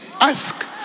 Ask